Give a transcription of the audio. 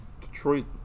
Detroit